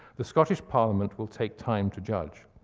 the scottish parliament will take time to judge.